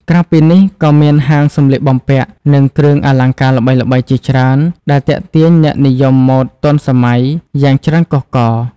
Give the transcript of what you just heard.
ក្រៅពីនេះ ក៏មានហាងសម្លៀកបំពាក់ និងគ្រឿងអលង្ការល្បីៗជាច្រើន ដែលទាក់ទាញអ្នកនិយមម៉ូដទាន់សម័យយ៉ាងច្រើនកុះករ។